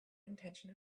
intention